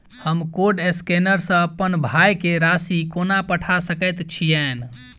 हम code scanner सँ अप्पन भाय केँ राशि कोना पठा सकैत छियैन?